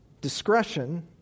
Discretion